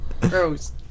gross